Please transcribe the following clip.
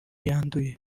yanduye